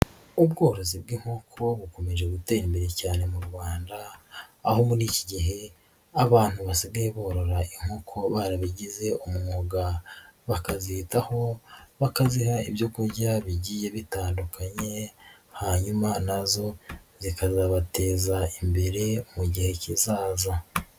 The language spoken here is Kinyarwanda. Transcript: Ubworozi bw'inkoko bukomeje gutera imbere cyane mu Rwanda, aho muri iki gihe abantu basigaye borora inkoko barabigize umwuga, bakazitaho bakaziha ibyo kurya bigiye bitandukanye, hanyuma nazo zikazabateza imbere mu gihe kizaza.